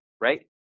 right